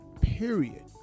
period